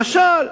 למשל,